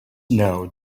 know